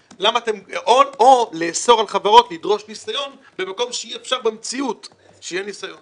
או לאסור על חברות לדרוש ניסיון במקום שאי אפשר במציאות שיהיה ניסיון.